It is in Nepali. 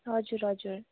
हजुर हजुर